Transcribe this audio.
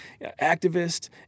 activist